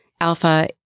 alpha